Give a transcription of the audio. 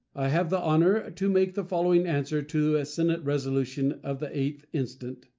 i have the honor to make the following answer to a senate resolution of the eighth instant,